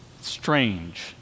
strange